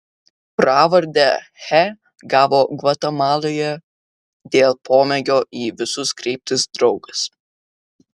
pravardę che gavo gvatemaloje dėl pomėgio į visus kreiptis draugas